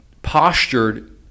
postured